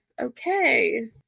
Okay